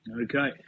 Okay